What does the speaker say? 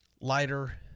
lighter